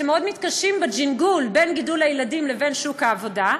שמאוד מתקשים בג'ינגול בין גידול הילדים לבין שוק העבודה.